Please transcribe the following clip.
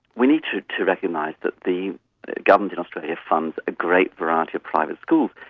we need to to recognise that the government in australia funds a great variety of private schools,